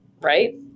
right